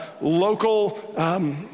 local